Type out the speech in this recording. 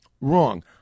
Wrong